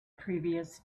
previous